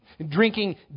Drinking